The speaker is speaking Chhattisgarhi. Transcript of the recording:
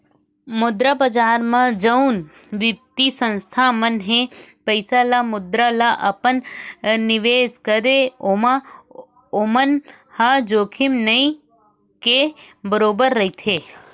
मुद्रा बजार म जउन बित्तीय संस्था मन ह पइसा ल मुद्रा ल अपन निवेस करथे ओमा ओमन ल जोखिम नइ के बरोबर रहिथे